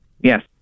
Yes